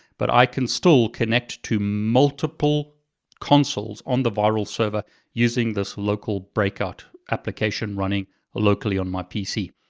but i can still connect to multiple consoles on the virl server using this local breakout application running locally on my pc.